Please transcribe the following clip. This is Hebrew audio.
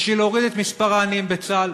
בשביל להוריד את מספר העניים בצה"ל?